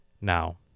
Now